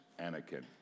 Anakin